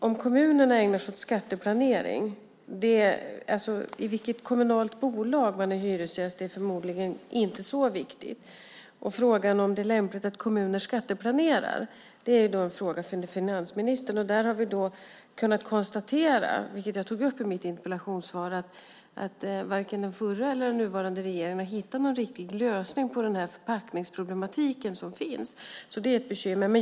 Om kommunerna ägnar sig åt skatteplanering är det förmodligen inte så viktigt i vilket kommunalt bolag man är hyresgäst hos. Frågan om det är lämpligt att kommunen skatteplanerar är en fråga för finansministern. Där har vi kunnat konstatera, vilket jag tog upp i mitt interpellationssvar, att varken den förra eller den nuvarande regeringen har hittat någon riktigt bra lösning på den förpackningsproblematik som finns. Det är ett bekymmer.